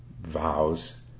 vows